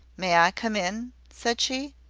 may i come in? said she.